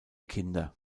kinder